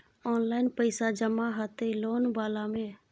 Online पैसा जमा हते लोन वाला में?